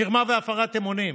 מרמה והפרת אמונים.